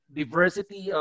diversity